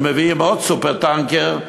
מביאים עוד סופר-טנקר,